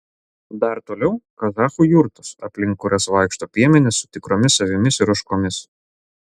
dar toliau kazachų jurtos aplink kurias vaikšto piemenys su tikromis avimis ir ožkomis